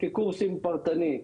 כקורסים פרטניים.